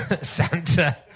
Santa